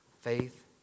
faith